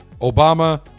Obama